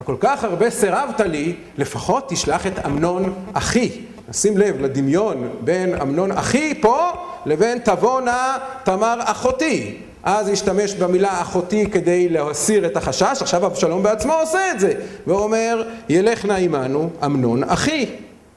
כל כך הרבה סרבת לי, לפחות תשלח את אמנון אחי. שים לב לדמיון בין אמנון אחי פה, לבין תבונא תמר אחותי. אז השתמש במילה אחותי כדי להסיר את החשש, עכשיו אבשלום בעצמו עושה את זה. והוא אומר, ילך נא עימנו אמנון אחי.